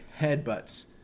Headbutts